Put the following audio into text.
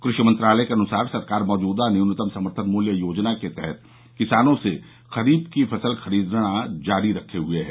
कृषि मंत्रालय के अनुसार सरकार मौजूदा न्यूनतम समर्थन मूल्य योजना के तहत किसानों से खरीफ की फसल खरीदना जारी रखे हुए है